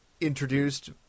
introduced